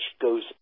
goes